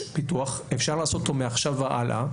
אפשר לעשות אותו מעכשיו והלאה.